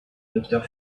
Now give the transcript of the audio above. docteur